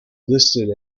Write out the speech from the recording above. listed